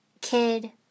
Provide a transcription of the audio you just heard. Kid